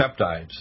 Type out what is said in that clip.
peptides